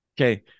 Okay